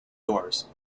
doors